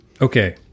Okay